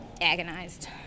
agonized